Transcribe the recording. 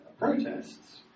protests